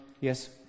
Yes